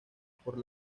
por